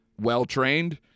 well-trained